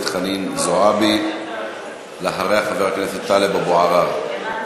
אתה בעד זריקת אבנים.